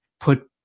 put